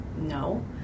No